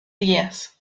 días